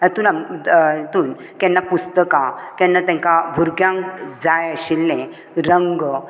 हातूंत हेतून केन्ना पुस्तकां केन्ना तांकां भुरग्यांक जाय आशिल्लें रंग